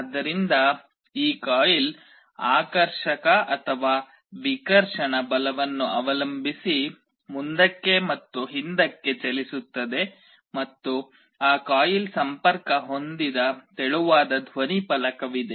ಆದ್ದರಿಂದ ಈ ಕಾಯಿಲ್ ಆಕರ್ಷಕ ಅಥವಾ ವಿಕರ್ಷಣ ಬಲವನ್ನು ಅವಲಂಬಿಸಿ ಮುಂದಕ್ಕೆ ಮತ್ತು ಹಿಂದಕ್ಕೆ ಚಲಿಸುತ್ತದೆ ಮತ್ತು ಆ ಕಾಯಿಲ್ ಸಂಪರ್ಕ ಹೊಂದಿದ ತೆಳುವಾದ ಧ್ವನಿಫಲಕವಿದೆ